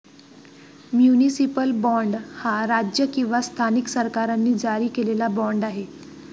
municipal bond हा राज्य किंवा स्थानिक सरकारांनी जारी केलेला बाँड आहे